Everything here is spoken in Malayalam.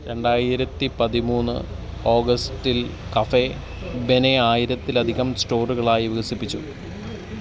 രണ്ടായിരത്തി പതിമൂന്ന് ഓഗസ്റ്റിൽ കഫേ ബെനെ ആയിരത്തിലധികം സ്റ്റോറുകളായി വികസിപ്പിച്ചു